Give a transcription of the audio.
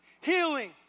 healing